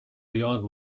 beyond